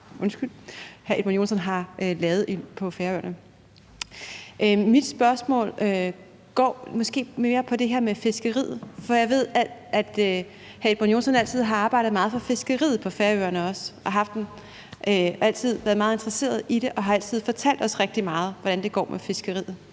hvad hr. Edmund Joensen har lavet på Færøerne. Mit spørgsmål går måske mere på det her med fiskeriet, for jeg ved, at hr. Edmund Joensen også altid har arbejdet meget for fiskeriet på Færøerne og altid været meget interesseret i det og altid fortalt os rigtig meget om, hvordan det går med fiskeriet.